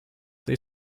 they